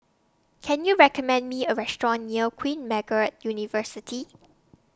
Can YOU recommend Me A Restaurant near Queen Margaret University